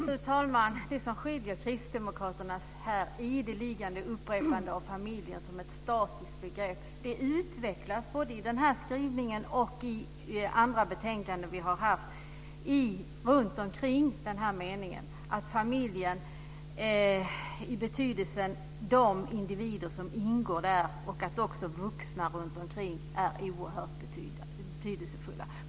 Fru talman! Det som skiljer Kristdemokraternas ideliga upprepande av familjen som ett statiskt begrepp utvecklas både i skrivningen här och i andra betänkanden tidigare. Det gäller alltså detta med att familjen - dvs. de individer som ingår där - och vuxna runtomkring är oerhört betydelsefulla.